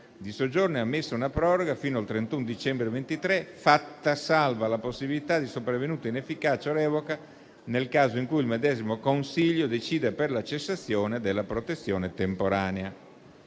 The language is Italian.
di soggiorno è ammessa una proroga fino al 31 dicembre 2023, fatta salva la possibilità di sopravvenuta inefficacia o revoca nel caso in cui il medesimo Consiglio decida per la cessazione della protezione temporanea.